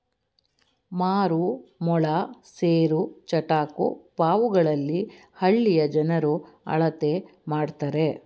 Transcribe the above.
ಮಾರು, ಮೊಳ, ಸೇರು, ಚಟಾಕು ಪಾವುಗಳಲ್ಲಿ ಹಳ್ಳಿಯ ಜನರು ಅಳತೆ ಮಾಡ್ತರೆ